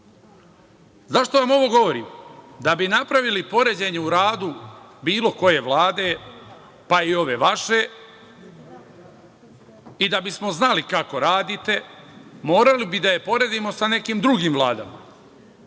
sebe.Zašto vam ovo govorim? Da bi napravili poređenje u radu bilo koje Vlade, pa i ove vaše, i da bismo znali kako radite, morali bi da je poredimo sa nekim drugim vladama.